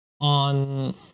on